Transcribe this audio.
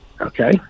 Okay